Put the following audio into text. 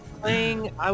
playing